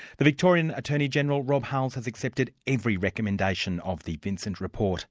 the victorian attorney-general, rob hulls, has accepted every recommendation of the vincent report